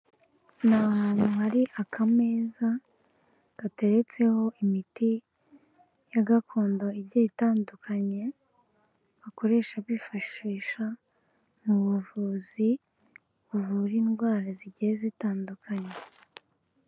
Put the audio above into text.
Ni ahantu hari akameza gateretseho imiti ya gakondo igiye itandukanye, bakoresha bifashisha mu buvuzi, buvura indwara zigiye zitandukanye.